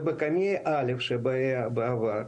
ובקמ"ע א' שהיה בעבר,